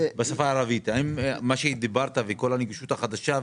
האם מה שדיברת וכל הנגישות החדשה,